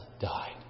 died